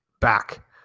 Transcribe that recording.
back